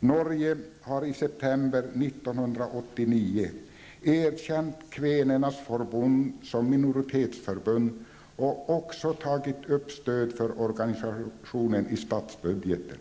Norske Kveners Forbund som minoritetsförbund och också tagit upp stöd för organisationen i statsbudgeten.